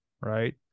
right